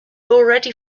already